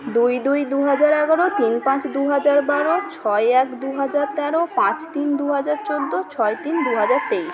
দুই দুই দুহাজার এগারো তিন পাঁচ দুহাজার বারো ছয় এক দুহাজার তেরো পাঁচ তিন দুহাজার চোদ্দো ছয় তিন দুহাজার তেইশ